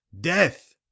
death